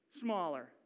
smaller